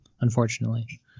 unfortunately